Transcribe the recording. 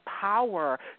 power